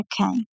Okay